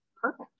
perfect